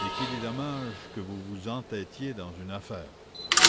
et qu'il est dommage que vous vous entêtiez dans une affaire